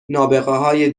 نابغههای